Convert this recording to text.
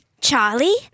Charlie